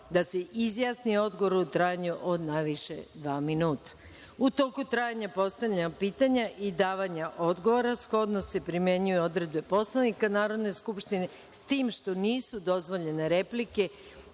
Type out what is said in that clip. da se izjasni o odgovoru u trajanju od najviše dva minuta.U toku trajanja postavljanja pitanja i davanja odgovora shodno se primenjuje odredbe Poslovnika Narodne skupštine, s tim što nisu dozvoljene replike